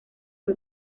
fue